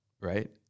right